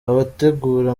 abategura